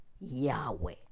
yahweh